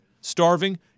starving